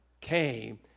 came